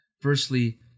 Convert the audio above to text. Firstly